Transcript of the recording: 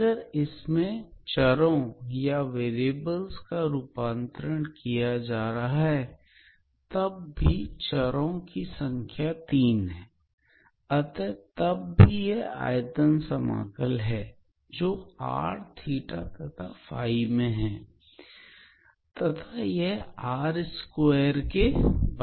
अगर इसमें चरों का रूपांतरण भी किया जाए तब भी यह आयतन समाकल ही रहेगा जो r θ तथा के पदों में होगा हैं तथा यह r2 के बराबर है